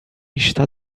está